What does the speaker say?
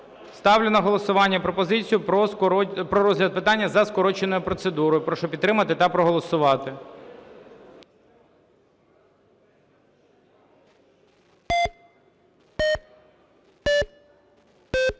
Ставлю на голосування пропозицію про розгляд питання за скороченою процедурою. Прошу підтримати та проголосувати.